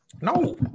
No